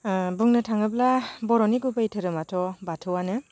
बुंनो थाङोब्ला बर'नि गुबै धोरोमाथ' बाथौआनो